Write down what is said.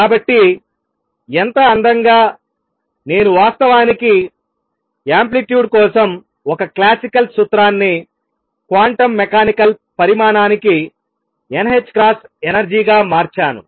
కాబట్టి ఎంత అందంగా నేను వాస్తవానికి యాంప్లిట్యూడ్ కోసం ఒక క్లాసికల్ సూత్రాన్ని క్వాంటం మెకానికల్ పరిమాణానికి n h క్రాస్ ఎనర్జీగా మార్చాను